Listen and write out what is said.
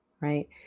right